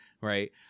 right